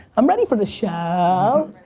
i'm ready for the show. um